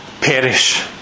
perish